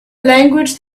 language